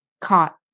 Caught